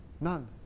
none